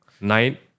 night